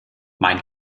mein